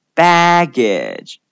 baggage